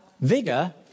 vigor